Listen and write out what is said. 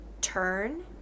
turn